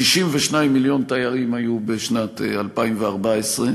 62 מיליון תיירים היו בשנת 2014,